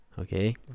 okay